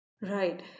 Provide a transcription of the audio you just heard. right